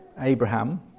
Abraham